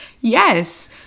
Yes